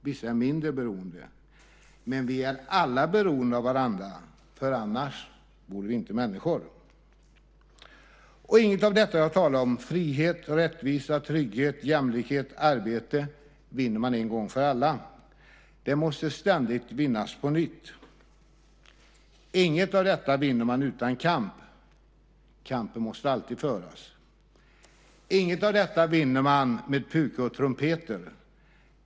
Vissa är mindre beroende. Men vi är alla beroende av varandra, för annars vore vi inte människor. Inget av detta jag talar om, frihet, rättvisa, trygghet, jämlikhet, arbete, vinner man en gång för alla. Det måste ständigt vinnas på nytt. Inget av detta vinner man utan kamp. Kampen måste alltid föras. Inget av detta vinner man med pukor och trumpeter.